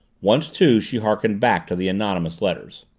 once, too, she harkened back to the anonymous letters